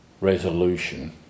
resolution